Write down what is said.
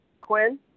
Quinn